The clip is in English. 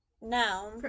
Now